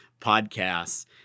podcasts